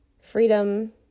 Freedom